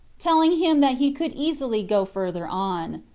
telling him that he could easily go further on.